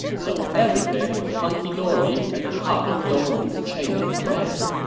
so everything was hunky dory at the top of dong wu's chain of command